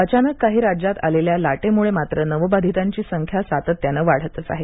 अचानक काही राज्यांत आलेल्या लाटेमुळे मात्र नवबाधीतांची संख्या सातत्यानं वाढतच आहे